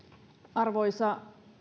arvoisa